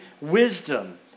wisdom